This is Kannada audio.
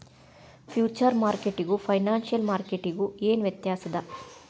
ಫ್ಯೂಚರ್ ಮಾರ್ಕೆಟಿಗೂ ಫೈನಾನ್ಸಿಯಲ್ ಮಾರ್ಕೆಟಿಗೂ ಏನ್ ವ್ಯತ್ಯಾಸದ?